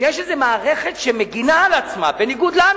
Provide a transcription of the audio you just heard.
שיש איזו מערכת שמגינה על עצמה, בניגוד לנו.